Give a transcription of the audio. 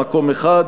מקום אחד,